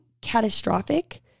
catastrophic